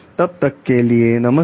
तब तक के लिए नमस्कार